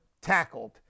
tackled